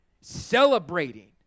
celebrating